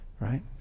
right